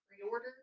pre-order